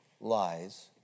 lies